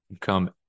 come